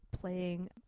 playing